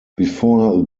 before